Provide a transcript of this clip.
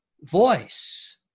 voice